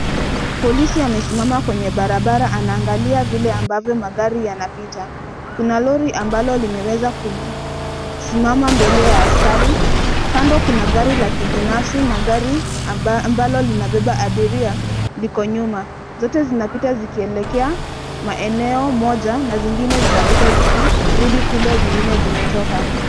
Polisi amesimama kwenye barabara anaangalia vile ambavyo magari yanapita. Kuna lori ambalo limeweza kusimama mbele ya askari, kando kuna gari la kibinafsi, na gari ambalo linabeba abiria liko nyuma. Zote zinapita zikielekea maeneo moja na zingine zinapita zikirudi kule zingine zimetoka.